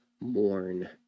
mourn